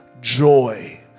joy